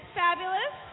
fabulous